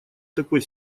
такой